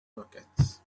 rockets